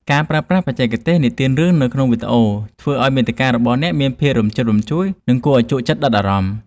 ការប្រើប្រាស់បច្ចេកទេសនិទានរឿងនៅក្នុងវីដេអូ ធ្វើឱ្យមាតិការបស់អ្នកមានភាពរំជើបរំជួល និងគួរឱ្យជក់ចិត្តដិតអារម្មណ៍។